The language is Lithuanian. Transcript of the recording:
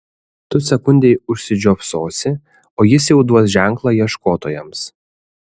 tu sekundei užsižiopsosi o jis jau duos ženklą ieškotojams